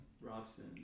Robson